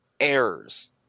errors